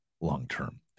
long-term